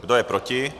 Kdo je proti?